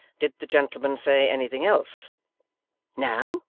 did the gentleman say anything else no.